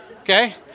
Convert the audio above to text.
okay